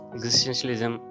Existentialism